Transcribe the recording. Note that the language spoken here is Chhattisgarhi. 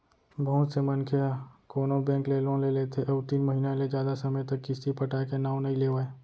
बहुत से मनसे ह कोनो बेंक ले लोन ले लेथे अउ तीन महिना ले जादा समे तक किस्ती पटाय के नांव नइ लेवय